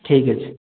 ଠିକ୍ ଅଛି